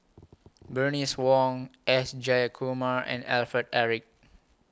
Bernice Wong S Jayakumar and Alfred Eric